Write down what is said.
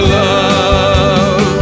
love